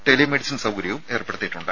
telemedicine സൌകര്യവും ഏർപ്പെടുത്തിയിട്ടുണ്ട്